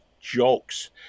jokes